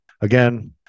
again